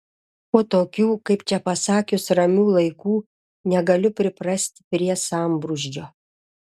po tokių kaip čia pasakius ramių laikų negaliu priprasti prie sambrūzdžio